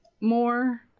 more